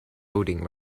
voting